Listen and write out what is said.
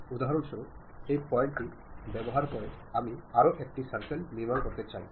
അതിനാൽ സന്ദേശം വ്യക്തമാണെങ്കിൽ സ്വാഭാവികമായും അത് റിസീവർ നന്നായി എക്സ്ട്രാക്റ്റു ചെയ്യും